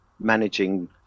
managing